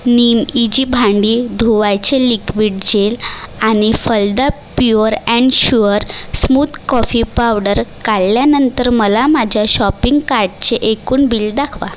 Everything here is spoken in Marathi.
निमईजी भांडी धुवायचे लिक्विड जेल आणि Phalada pure and sure smooth coffee powder काढल्यानंतर मला माझ्या शॉपिंग कार्टचे एकूण बिल दाखवा